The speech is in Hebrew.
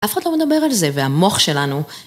אף אחד לא מדבר על זה והמוח שלנו